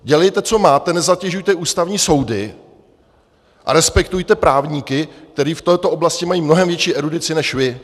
Dělejte, co máte, nezatěžujte ústavní soudy a respektujte právníky, kteří v této oblasti mají mnohem větší erudici než vy.